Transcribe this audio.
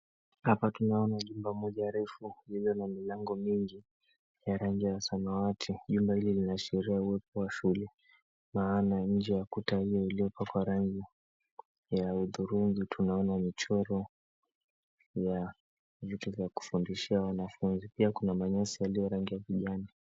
Hapa tunaona jumba moja refu lililo na milango mingi ya rangi ya samawati. Jumba hili linaashiria uwepo wa shule. Maana nje ya kuta hiyo iliyopakwa rangi ya udhurungi tunaona michoro ya vitu vya kufundishia wanafunzi. Pia kuna manyasi yaliyo rangi ya kijani.